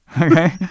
Okay